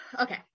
Okay